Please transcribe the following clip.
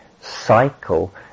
cycle